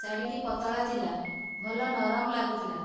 ଶାଢ଼ୀଟି ପତଳା ଥିଲା ଭଲ ନରମ ଲାଗୁଥିଲା